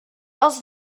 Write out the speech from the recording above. els